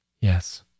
Yes